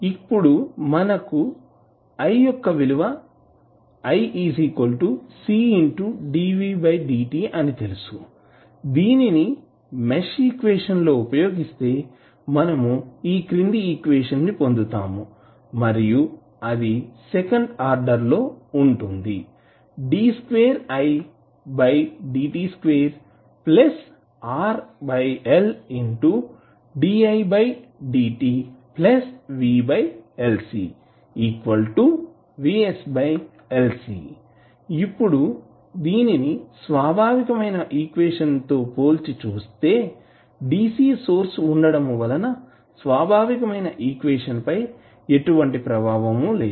ఇప్పుడు మనకు i యొక్క విలువ అని తెలుసు దీనిని మెష్ ఈక్వేషన్ లో ఉపయోగిస్తే మనము ఈ ఈక్వేషన్ ని పొందుతాము అది సెకండ్ ఆర్డర్ లో ఉంటుంది ఇప్పుడు స్వాభావికమైన ఈక్వేషన్ ని పోల్చి చూస్తే DC సోర్స్ ఉండటం వలన స్వాభావికమైన ఈక్వేషన్ పై ఎటువంటి ప్రభావం లేదు